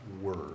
word